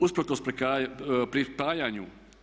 Usprkos pripajanju